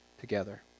Together